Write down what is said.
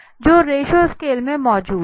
जो ratio scale में मौजूद है